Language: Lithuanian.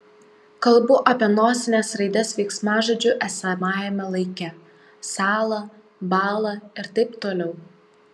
kalbu apie nosines raides veiksmažodžių esamajame laike sąla bąla ir taip toliau